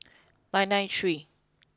nine nine three